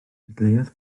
dadleuodd